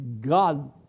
God